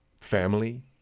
Family